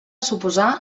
suposar